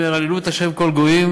אומר: הללו את ה' כל גויים,